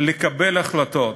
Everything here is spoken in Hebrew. לקבל החלטות,